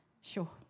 sure